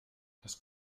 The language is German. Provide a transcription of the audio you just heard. das